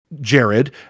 Jared